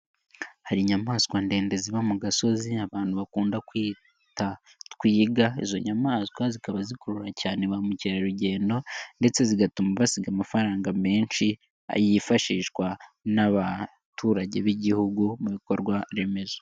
Hari inyamaswa ndende ziba mu gasozi abantu bakunda kwita twiga, izo nyamaswa zikaba zikurura cyane ba mukerarugendo ndetse zigatuma basiga amafaranga menshi, yifashishwa n'abaturage b'Igihugu mu bikorwa remezo.